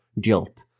guilt